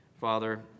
Father